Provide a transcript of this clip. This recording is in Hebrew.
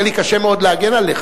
יהיה לי קשה מאוד להגן עליך,